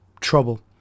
trouble